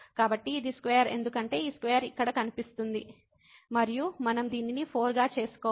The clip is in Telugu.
కాబట్టి ఇది స్క్వేర్ ఎందుకంటే ఈ స్క్వేర్ ఇక్కడ కనిపిస్తుంది మరియు మనం దీనిని 4 గా చేసుకోవాలి